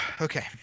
Okay